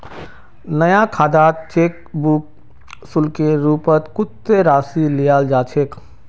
नया खातात cheque book शुल्केर रूपत कत्ते राशि लियाल जा छेक